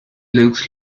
looks